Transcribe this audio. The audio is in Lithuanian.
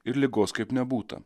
ir ligos kaip nebūta